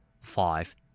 Five